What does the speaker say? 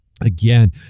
again